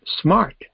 smart